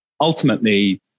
Ultimately